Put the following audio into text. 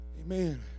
Amen